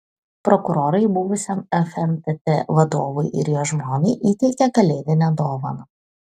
prokurorai buvusiam fntt vadovui ir jo žmonai įteikė kalėdinę dovaną